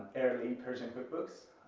early persian cookbooks,